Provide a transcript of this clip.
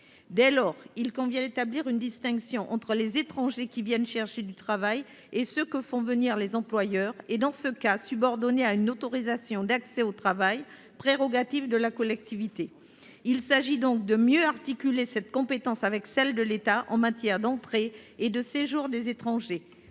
Dès lors, il convient d’établir une distinction entre les étrangers qui viennent chercher du travail et ceux que font venir les employeurs. L’arrivée de ces derniers est subordonnée à une autorisation d’accès au travail, prérogative de la collectivité. Il s’agit donc, par ces amendements, de mieux articuler cette compétence avec celle de l’État en matière d’entrée et de séjour des étrangers.